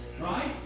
right